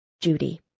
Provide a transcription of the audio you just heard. Judy